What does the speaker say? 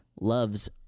loves